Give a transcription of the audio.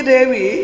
Devi